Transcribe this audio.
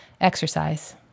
exercise